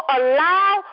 allow